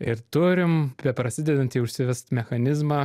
ir turim beprasidedantį užsivest mechanizmą